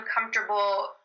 uncomfortable